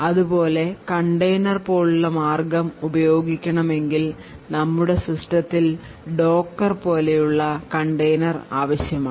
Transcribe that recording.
അതുപോലെ കണ്ടെയ്നർ പോലുള്ള മാർഗം പ്രയോഗിക്കണമെങ്കിൽ നമ്മുടെ സിസ്റ്റത്തിൽ ഡോക്കർ പോലെയുള്ള കണ്ടെയ്നർ ആവശ്യമാണ്